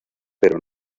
pero